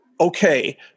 okay